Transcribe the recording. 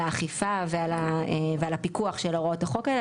האכיפה ועל הפיקוח של הוראות החוק האלה,